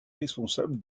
responsable